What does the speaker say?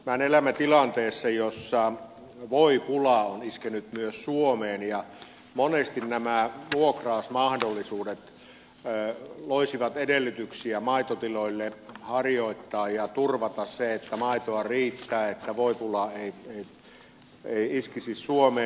mehän elämme tilanteessa jossa voipula on iskenyt myös suomeen ja monesti nämä vuokrausmahdollisuudet loisivat edellytyksiä maitotiloille harjoittaa maidontuotantoa ja turvata sen että maitoa riittää että voipula ei iskisi suomeen